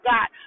God